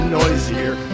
noisier